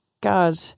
god